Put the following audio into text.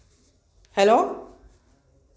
hello